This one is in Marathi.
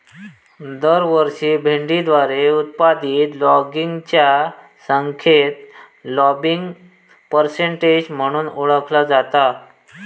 दरवर्षी भेंडीद्वारे उत्पादित लँबिंगच्या संख्येक लँबिंग पर्सेंटेज म्हणून ओळखला जाता